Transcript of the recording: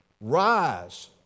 rise